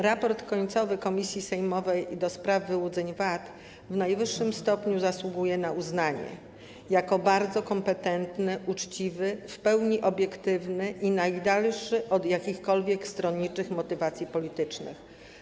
Raport końcowy komisji sejmowej do spraw wyłudzeń VAT w najwyższym stopniu zasługuje na uznanie jako bardzo kompetentny, uczciwy, w pełni obiektywny i najdalszy od jakichkolwiek stronniczych motywacji politycznych.